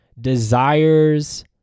desires